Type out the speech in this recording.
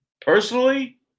personally